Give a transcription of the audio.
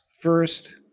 First